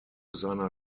seiner